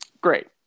Great